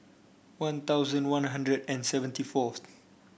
One Thousand One Hundred and seventy forth